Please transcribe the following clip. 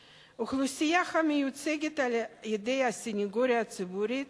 1. האוכלוסייה המיוצגת על-ידי הסניגוריה הציבורית